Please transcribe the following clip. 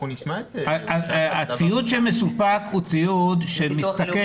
הציוד שמסופק הוא ציוד שמסתכם